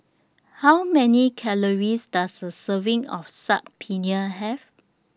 How Many Calories Does A Serving of Saag Paneer Have